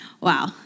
Wow